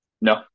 No